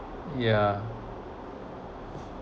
yeah